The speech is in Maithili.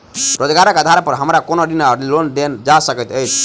रोजगारक आधार पर हमरा कोनो ऋण वा लोन देल जा सकैत अछि?